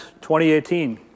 2018